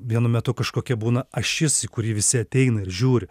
vienu metu kažkokia būna ašis į kurį visi ateina ir žiūri